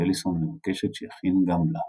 ואליסון מבקשת שיכין גם לה.